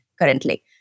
currently